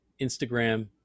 Instagram